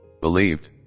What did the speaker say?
Believed